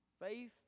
Faith